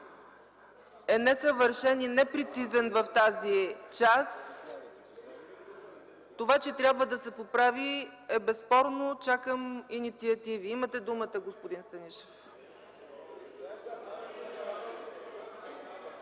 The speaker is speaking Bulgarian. е несъвършен и непрецизен в тази част, това, че трябва да се поправи е безспорно. Чакам инициативи. Имате думата, господин Станишев.